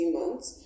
months